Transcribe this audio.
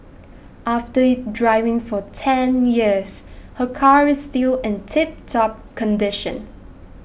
after driving for ten years her car is still in tiptop condition